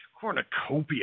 cornucopia